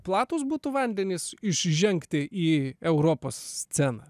platūs būtų vandenys išžengti į europos sceną